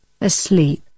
asleep